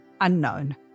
unknown